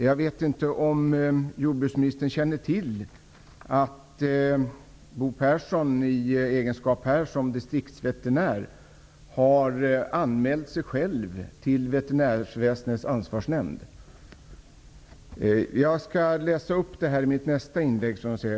Jag vet inte om jordbruksministern känner till att Bo Pehrsson i egenskap av distriktsveterinär har anmält sig själv till Veterinärväsendets ansvarsnämnd. Jag skall läsa upp den anmälan i mitt nästa inlägg.